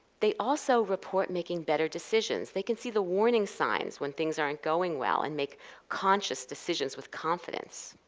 they also report making better decisions, they can see the warning signs when things aren't going well and make conscious decisions with confidence.